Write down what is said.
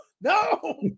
No